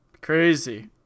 Crazy